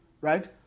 right